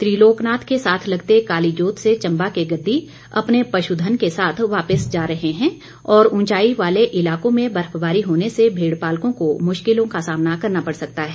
त्रिलोकनाथ के साथ लगते काली जोत से चंबा के गद्दी अपने पशुधन के साथ वापिस जा रहे हैं और उंचाई वाले इलाकों में बर्फबारी होने से भेडपालकों को मुश्किलों का सामना करना पड़ सकता है